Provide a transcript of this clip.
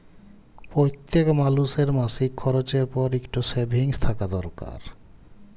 প্যইত্তেক মালুসের মাসিক খরচের পর ইকট সেভিংস থ্যাকা দরকার